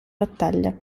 battaglia